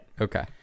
Okay